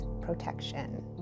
protection